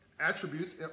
attributes